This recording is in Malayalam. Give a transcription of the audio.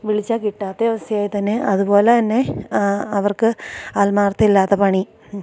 വിളിച്ചാൽ കിട്ടാത്തയവസ്ഥയായി തന്നെ അതുപോലെ തന്നെ അവർക്ക് ആത്മാർത്ഥമില്ലാത്ത പണി